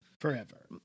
forever